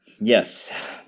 yes